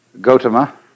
Gotama